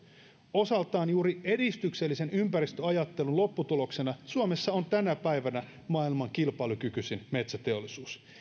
osaltaan juuri edistyksellisen ympäristöajattelun lopputuloksena suomessa on tänä päivänä maailman kilpailukykyisin metsäteollisuus